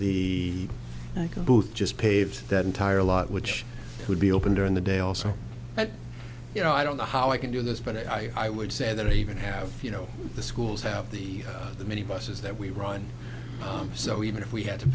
both just paved that entire lot which would be open during the day also but you know i don't know how i can do this but i would say that i even have you know the schools have the the mini buses that we run so even if we had to